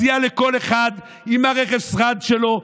אני מציע לכל אחד, עם רכב השרד שלו: